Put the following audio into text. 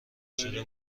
شده